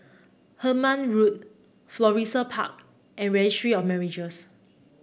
Hemmant Road Florissa Park and Registry of Marriages